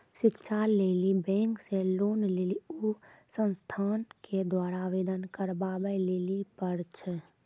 शिक्षा लेली बैंक से लोन लेली उ संस्थान के द्वारा आवेदन करबाबै लेली पर छै?